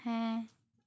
ᱦᱮᱸ